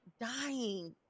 dying